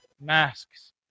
masks